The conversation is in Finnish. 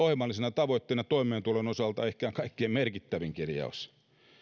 ohjelmallisena tavoitteena toimeentulon osalta ehkä on kaikkein merkittävin kirjaus